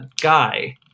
guy